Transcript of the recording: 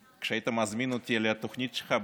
כשהיית מזמין אותי לתוכנית שלך בטלוויזיה,